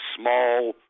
small